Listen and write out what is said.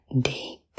deep